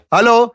Hello